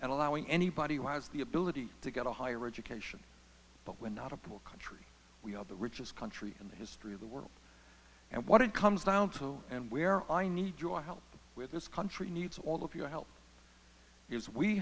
and allowing anybody who has the ability to get a higher education but we're not a poor country we are the richest country in the history of the world and what it comes down to and where i need your help with this country needs all of your he